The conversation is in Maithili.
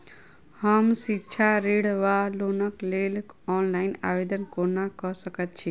हम शिक्षा ऋण वा लोनक लेल ऑनलाइन आवेदन कोना कऽ सकैत छी?